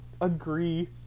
agree